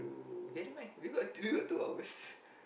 okay never mind we got we got two hours